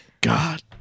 God